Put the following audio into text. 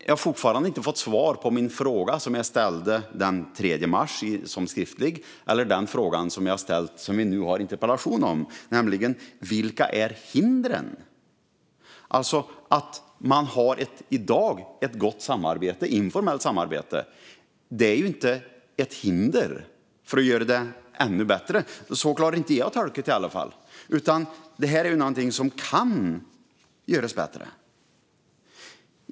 Jag har fortfarande inte fått svar på min skriftliga fråga som jag ställde den 3 mars eller den fråga som vi nu har en interpellationsdebatt om. Vilka är hindren? Att man i dag har ett gott informellt samarbete är inte ett hinder för att göra det ännu bättre. Så har i varje fall jag tolkat det. Det här är någonting som kan göras bättre.